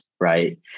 right